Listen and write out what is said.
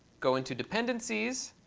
go into dependencies.